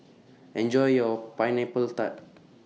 Enjoy your Pineapples Tart